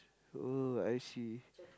oh I see